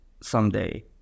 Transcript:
someday